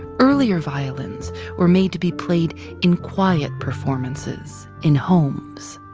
earlier violins were made to be played in quiet performances in homes.